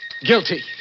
Guilty